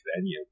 venue